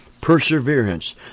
perseverance